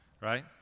right